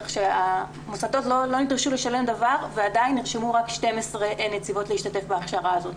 כך שהמוסדות לא נדרשו לשלם דבר ועדיין נרשמו רק נציבות להכשרה הזאת.